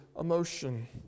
emotion